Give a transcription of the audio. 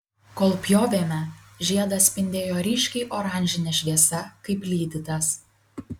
kol pjovėme žiedas spindėjo ryškiai oranžine šviesa kaip lydytas